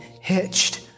hitched